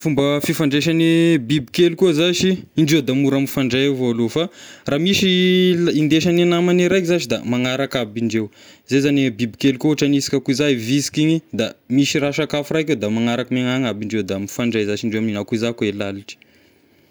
Fomba fifandraisagn'ny bibikely koa zashy, indreo da mora mifandray avao aloha fa raha misy il-indesagn'ny namagny raiky zashy da manaraka aby indreo, zay zagny e bibikely koa ohatra hanisika koa iza visika igny da misy raha sakafo raika da magnaraka ny agny aby indreo da mifandray zashy indreo, magnao akoa zay koa ny lalitry.